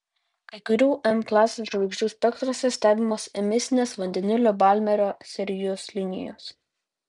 kai kurių m klasės žvaigždžių spektruose stebimos emisinės vandenilio balmerio serijos linijos